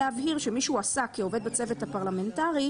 "(ב)מי שהועסק כעובד בצוות הפרלמנטרי,